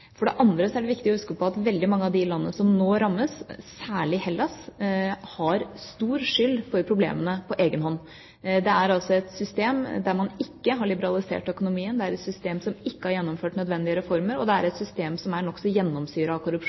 det andre er det viktig å huske på at veldig mange av de landene som nå rammes, særlig Hellas, har stor skyld for problemene på egen hånd. Det er altså et system der man ikke har liberalisert økonomien, det er et system som ikke har gjennomført nødvendige reformer, og det er et system som er nokså gjennomsyret av korrupsjon.